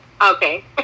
Okay